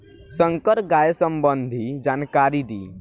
संकर गाय संबंधी जानकारी दी?